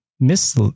miss